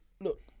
Look